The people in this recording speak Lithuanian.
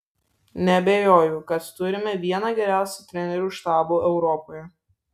neabejoju kad turime vieną geriausių trenerių štabų europoje